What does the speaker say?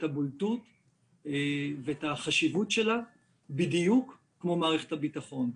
הבולטות ואת החשיבות שלה בדיוק כמו מערכת הביטחון.